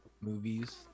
movies